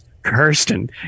kirsten